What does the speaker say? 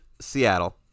Seattle